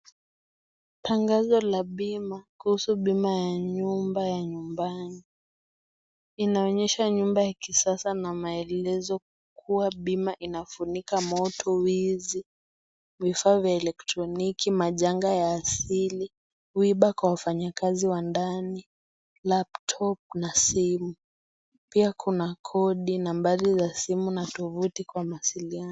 Tangazo la bima kuhusu bima ya nyumba ya nyumbani. Inaonyesha nyumba ya kisasa na maelezo kuwa bima inafunika moto, wizi, vifaa vya elektroniki, majanga ya asili, kuiba kwa wafanyikazi wa ndani, laptop na simu. Pia kuna kodi, nambari za simu na tovuti kwa mawasiliano.